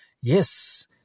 Yes